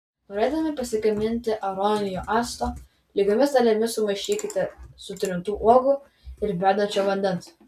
norėdami pasigaminti aronijų acto lygiomis dalimis sumaišykite sutrintų uogų ir verdančio vandens